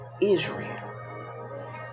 Israel